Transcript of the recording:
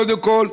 קודם כול,